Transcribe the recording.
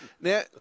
Now